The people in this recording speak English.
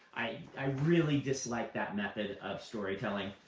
i i really dislike that method of storytelling.